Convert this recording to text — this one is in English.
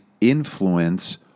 influence